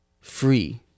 free